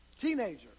Teenager